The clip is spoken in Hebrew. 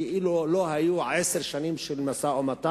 כאילו לא היו עשר שנים של משא-ומתן,